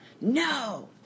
No